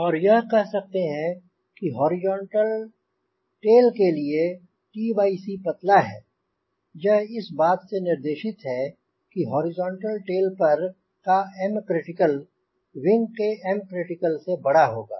और यह कह सकते हैं हॉरिजॉन्टल टेल के लिए पतला है यह इस बात से निर्देशित है कि हॉरिजॉन्टल टेल पर का Mcriticalविंग के Mcritical से बड़ा होगा